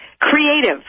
creative